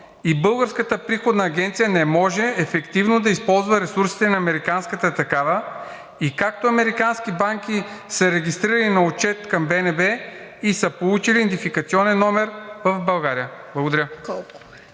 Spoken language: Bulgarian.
и Българската приходна агенция не може ефективно да използва ресурсите на американската такава, както американски банки са регистрирани на отчет към БНБ и са получили идентификационен номер в България. Благодаря.